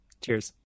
Cheers